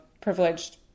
privileged